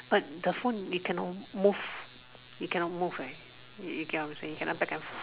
but the phone you can not move you cannot move right you get what I'm saying cannot back and f~